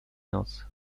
noc